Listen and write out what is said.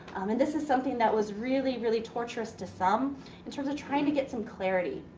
and this is something that was really, really tortuous to some in terms of trying to get some clarity.